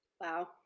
Wow